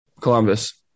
Columbus